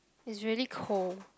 it's really cold